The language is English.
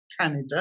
Canada